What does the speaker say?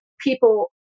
people